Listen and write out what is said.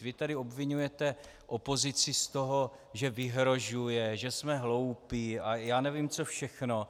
Vy tady obviňujete opozici z toho, že vyhrožuje, že jsme hloupí a já nevím co všechno.